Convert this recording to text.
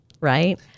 Right